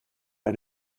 bei